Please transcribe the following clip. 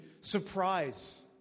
surprise